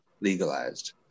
legalized